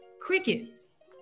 crickets